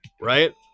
right